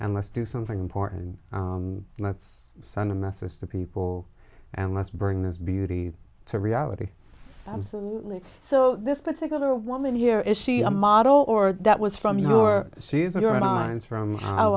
and let's do something important and let's send a message to people and let's bring this beauty to reality absolutely so this particular woman here is she a model or that was from your she's